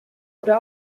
oder